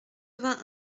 vingt